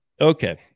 okay